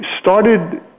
started